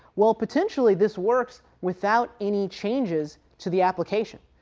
well potentially this works without any changes to the application,